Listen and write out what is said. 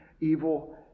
evil